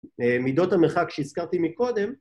למידות המרחק שהזכרתי מקודם